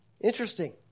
Interesting